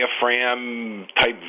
diaphragm-type